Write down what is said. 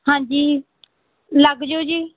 ਹਾਂਜੀ ਲੱਗ ਜਾਊ ਜੀ